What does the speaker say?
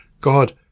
God